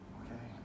okay